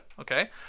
okay